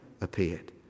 appeared